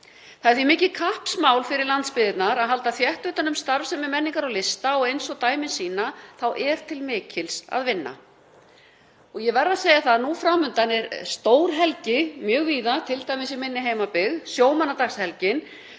Það er því mikið kappsmál fyrir landsbyggðina að halda þétt utan um starfsemi menningar og lista og eins og dæmin sýna þá er til mikils að vinna. Ég verð að segja það að nú fram undan er stór helgi mjög víða, t.d. í minni heimabyggð, sjómannadagshelgin,